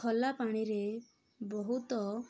ଖଲା ପାଣିରେ ବହୁତ